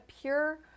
pure